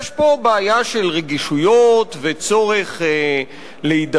יש פה בעיה של רגישויות וצורך להידבר,